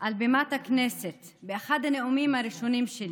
על בימת הכנסת באחד הנאומים הראשונים.